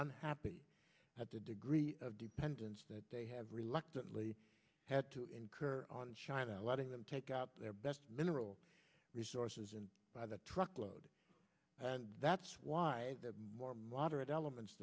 unhappy at the degree of dependence that they have reluctantly had to incur on china letting them take out their mineral resources and by the truckload that's why the more moderate elements